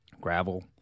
gravel